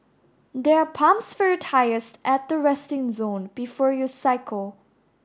there are pumps for your tyres at the resting zone before you cycle